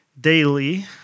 daily